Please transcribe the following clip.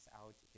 out